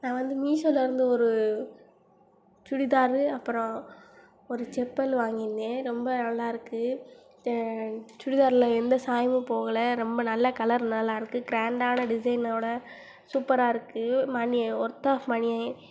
நான் வந்து மீஷோவில் இருந்து ஒரு சுடிதாரு அப்புறம் ஒரு செப்பலு வாங்கியிருந்தேன் ரொம்ப நல்லாயிருக்கு சுடிதாரில் எந்த சாயமும் போகலை ரொம்ப நல்ல கலர் நல்லா இருக்குது கிராண்டான டிசைனோட சூப்பராக இருக்குது மணி ஒர்த் ஆஃப் மணி